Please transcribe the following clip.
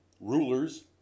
Rulers